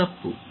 ಇದು ತಪ್ಪು